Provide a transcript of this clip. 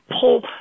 pull